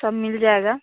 सब मिल जाएगा